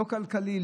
לא כלכלי,